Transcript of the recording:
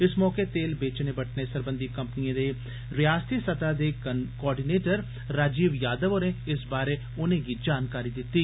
इस मौके तेल बेचने बट्टने सरबंधी कंपनिए दे रियासती सतह दे कोआर्डीनेटर राजीव यादव होरें इस बारै उनेंगी जानकारी दित्ती